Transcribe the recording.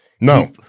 No